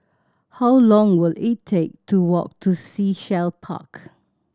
how long will it take to walk to Sea Shell Park